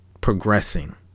progressing